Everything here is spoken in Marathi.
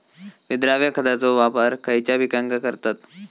विद्राव्य खताचो वापर खयच्या पिकांका करतत?